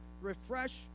Refresh